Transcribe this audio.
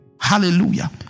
hallelujah